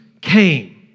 came